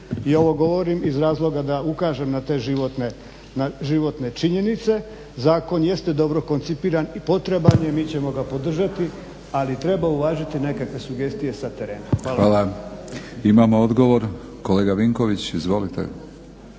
i ovo govorim iz razloga da ukažem na te životne činjenice. Zakon jeste dobro koncipiran i potreban je, mi ćemo ga podržati, ali treba uvažiti nekakve sugestije sa terena. Hvala. **Batinić, Milorad